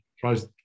tries